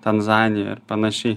tanzanijoj ir panašiai